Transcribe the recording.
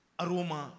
aroma